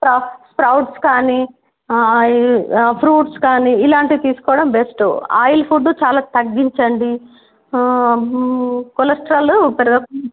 sprouts కానీ fruits కానీ ఇలాంటివి తీసుకోవడం బెస్ట్ ఆయిల్ ఫుడ్ చాలా తగ్గించండి కొలెస్ట్రాల్ పెరగకుండా